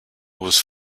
was